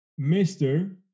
Mr